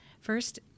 First